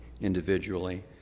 individually